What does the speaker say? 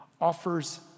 offers